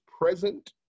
present